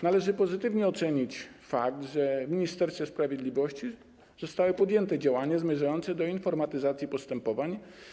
Należy pozytywnie ocenić fakt, że w Ministerstwie Sprawiedliwości zostały podjęte działania zmierzające do informatyzacji postępowań.